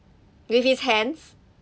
with his hands